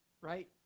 right